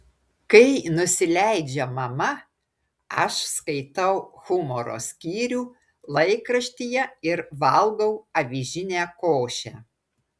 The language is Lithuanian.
kai nusileidžia mama aš skaitau humoro skyrių laikraštyje ir valgau avižinę košę